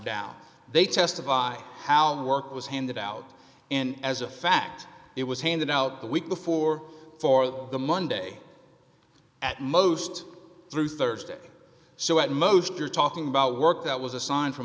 down they testify how the work was handed out in as a fact it was handed out the week before for the monday at most through thursday so at most you're talking about work that was assign